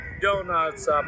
donuts